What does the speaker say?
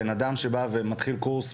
בן אדם שבא ומתחיל קורס,